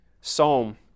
Psalm